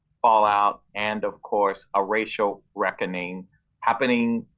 fallout, and, of course, a racial reckoning happening